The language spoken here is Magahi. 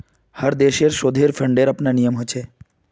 हर देशेर शोधेर फंडिंगेर अपनार नियम ह छे